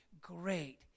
Great